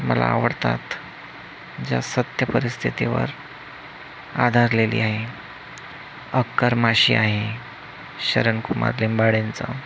मला आवडतात ज्या सत्य परिस्थितीवर आधारलेली आहे अक्कर माशी आहे शरणकुमार लिंबाळे यांचं